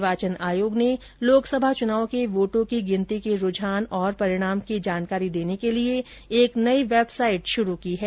निर्वाचन आयोग ने लोकसभा चुनाव के वोटों की गिनती के रूझान और परिणाम की जानकारी देने के लिए एक नई वेबसाइट शुरू की है